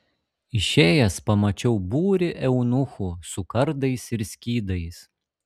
išėjęs pamačiau būrį eunuchų su kardais ir skydais